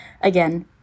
Again